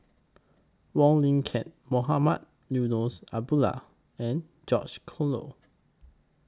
Wong Lin Ken Mohamed Eunos Abdullah and George Collyer